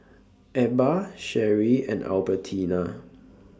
Ebba Sherie and Albertina